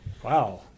Wow